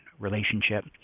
relationship